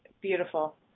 beautiful